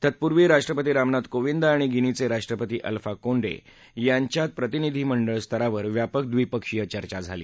तत्पूर्वी राष्ट्रपती रामनाथ कोविद आणि गिनीचे राष्ट्रपती अल्फा कोंडे यांच्यात प्रतिनिधीमंडळ स्तरावर व्यापक द्विपक्षीय चर्चा झाली